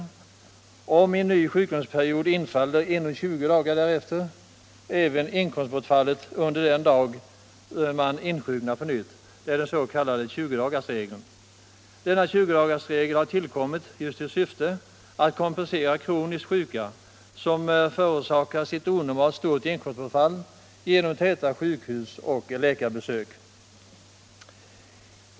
Om en ny sjukdomsperiod infaller inom 20 dagar därefter, ersätts även inkomstbortfallet den dag man insjuknar på nytt. Dewua är den s.k. 20-dagarsregeln. Denna regel har tillkommit i syfte att kompensera kroniskt sjuka. som förorsakas ett onormalt stort inkomstbortfall genom täta sjukhus och läkarbesök.